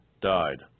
died